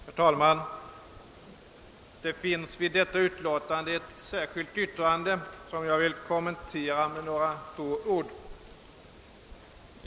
Herr talman! Det finns i detta utlåtande ett särskilt yttrande som jag vill kommentera med några få ord.